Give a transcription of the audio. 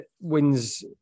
wins